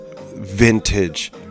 vintage